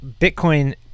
Bitcoin